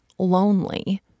lonely